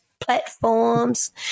platforms